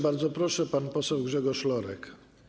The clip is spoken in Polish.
Bardzo proszę, pan poseł Grzegorz Lorek.